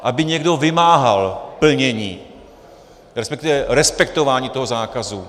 Aby někdo vymáhal plnění, respektive respektování toho zákazu.